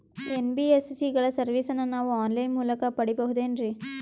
NBSC ಗಳ ಸರ್ವಿಸನ್ನ ನಾವು ಆನ್ ಲೈನ್ ಮೂಲಕ ಪಡೆಯಬಹುದೇನ್ರಿ?